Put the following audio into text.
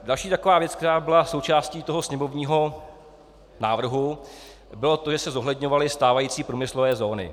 Další taková věc, která byla součástí sněmovního návrhu, bylo to, že se zohledňovaly stávající průmyslové zóny.